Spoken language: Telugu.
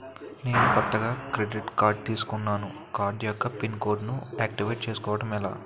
నేను కొత్తగా క్రెడిట్ కార్డ్ తిస్కున్నా నా కార్డ్ యెక్క పిన్ కోడ్ ను ఆక్టివేట్ చేసుకోవటం ఎలా?